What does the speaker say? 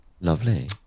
Lovely